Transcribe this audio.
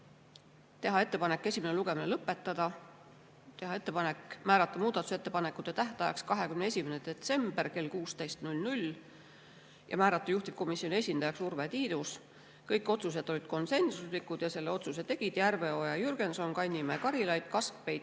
teha ettepanek esimene lugemine lõpetada, teha ettepanek määrata muudatusettepanekute tähtajaks 21. detsember kell 16 ja määrata juhtivkomisjoni esindajaks Urve Tiidus. Kõik otsused olid konsensuslikud ja need tegid Järveoja, Jürgenson, Kannimäe, Karilaid, Kaskpeit,